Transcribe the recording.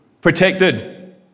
protected